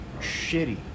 shitty